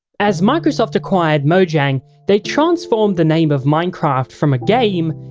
as microsoft acquired moajang, they transformed the name of minecraft from a game,